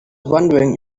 wondering